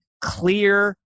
clear